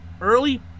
early